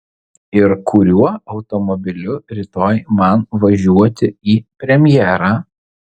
ir kuriuo automobiliu rytoj man važiuoti į premjerą